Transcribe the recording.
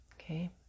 Okay